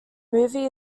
movie